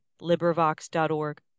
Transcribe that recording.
LibriVox.org